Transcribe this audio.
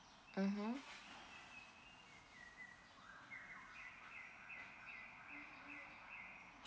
mmhmm